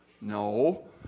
No